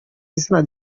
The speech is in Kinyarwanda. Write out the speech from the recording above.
izana